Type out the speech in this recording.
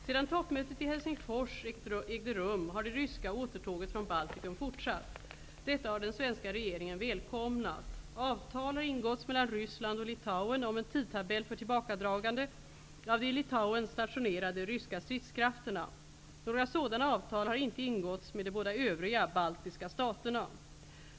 Sedan toppmötet i Helsingfors ägde rum, har det ryska återtåget från Baltikum fortsatt. Detta har den svenska regeringen välkomnat. Avtal har ingåtts mellan Ryssland och Litauen om en tidtabell för tillbakadragande av de i Litauen stationerade ryska stridskrafterna. Några sådana avtal har inte ingåtts med de båda övriga baltiska staterna.